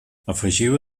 afegiu